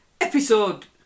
Episode